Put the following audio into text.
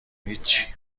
هیچی